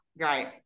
right